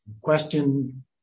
question